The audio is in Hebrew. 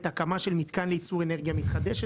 הקמה של מתקן לייצור אנרגיה מתחדשת.